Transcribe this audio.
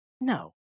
No